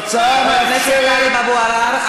חוץ מהערבים.